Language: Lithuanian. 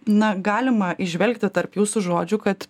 na galima įžvelgti tarp jūsų žodžių kad